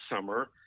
summer